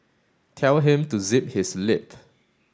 tell him to zip his lip